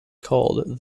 called